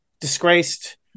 disgraced